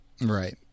Right